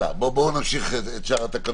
הלאה, בואו נמשיך את שאר התקנות.